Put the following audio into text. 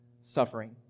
suffering